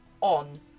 on